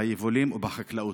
ביבולים ובחקלאות.